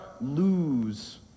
lose